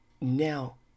Now